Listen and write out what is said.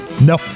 no